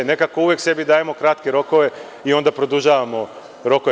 Nekako uvek sebi dajemo kratke rokove i onda produžavamo rokove.